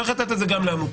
צריך לתת את זה גם לעמותות.